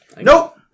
Nope